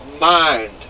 mind